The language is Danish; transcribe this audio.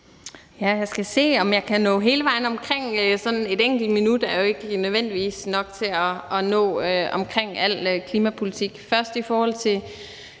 Jeg skal se, om jeg kan nå hele vejen omkring. Et enkelt minut er jo ikke nødvendigvis nok til at nå omkring al klimapolitik.